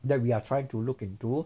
that we are trying to look into